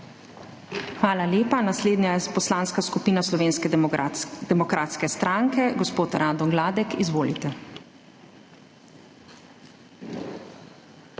Hvala lepa. Naslednja je Poslanska skupina Slovenske demokratske stranke. Gospod Rado Gladek, izvolite.